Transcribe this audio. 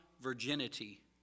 virginity